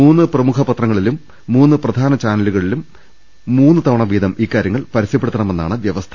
മൂന്ന് പ്രമുഖ പത്രങ്ങളിലും മൂന്ന് പ്രധാന ചാനലുകളിലും മൂന്ന് തവണവീതം ഇക്കാര്യങ്ങൾ പരസ്യപ്പെടുത്തണമെന്നാണ് വ്യവസ്ഥ